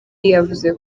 yavuze